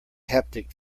haptic